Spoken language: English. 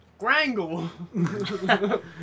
Grangle